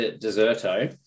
deserto